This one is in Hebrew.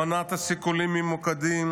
מנעת סיכולים ממוקדים,